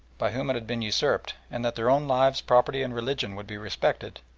by whom it had been usurped, and that their own lives, property, and religion would be respected,